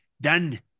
done